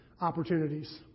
opportunities